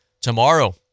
tomorrow